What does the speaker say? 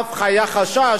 אף היה חשש,